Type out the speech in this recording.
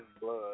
blood